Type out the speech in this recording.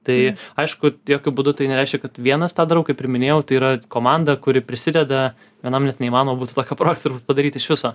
tai aišku jokiu būdu tai nereiškia kad vienas tą darau kaip ir minėjau tai yra komanda kuri prisideda vienam net neįmanoma būtų tokio projekto padaryti iš viso